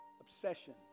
obsession